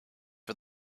for